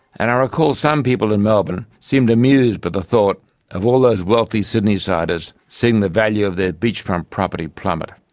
and i recall some people in melbourne seemed amused by but the thought of all those wealthy sydneysiders seeing the value of their beachfront property plummet.